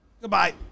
Goodbye